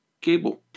cable